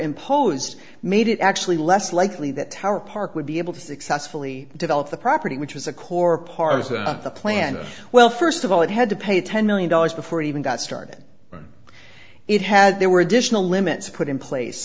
imposed made it actually less likely that tower park would be able to successfully develop the property which was a core part of the plan well first of all it had to pay ten million dollars before it even got started it had there were additional limits put in place